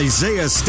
Isaiah